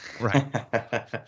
Right